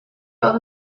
are